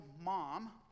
mom